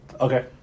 Okay